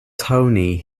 tony